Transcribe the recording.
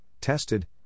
tested